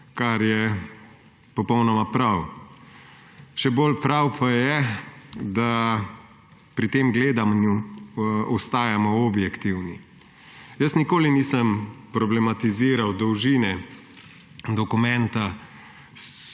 kar je popolnoma prav. Še bolj prav pa je, da pri tem gledanju ostajamo objektivni. Jaz nikoli nisem problematiziral dolžine dokumenta